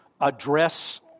address